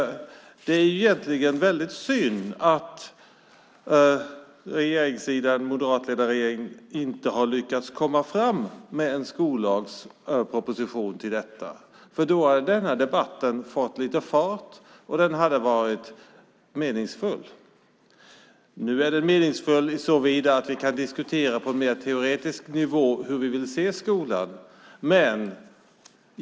Det är egentligen synd att den moderatledda regeringen inte har lyckats komma fram med en skollagsproposition. Då hade denna debatt fått lite fart, och den hade varit meningsfull. Nu är den meningsfull såtillvida att vi på en mer teoretisk nivå kan diskutera hur vi vill ha skolan.